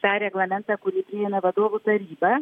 tą reglamentą kurį priėmė vadovų taryba